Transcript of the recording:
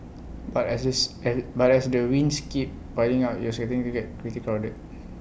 but as this but as the wins keep piling up IT was starting to get pretty crowded